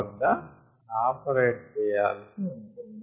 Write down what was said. వద్ద ఆపరేట్ చెయ్యాల్సి ఉంటుంది